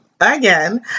again